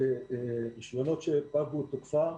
רישיונות שפג תוקפם.